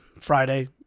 Friday